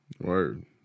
Word